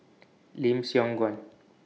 Lim Siong Guan